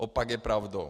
Opak je pravdou.